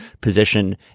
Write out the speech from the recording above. position